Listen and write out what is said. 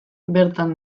bertan